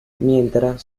mientras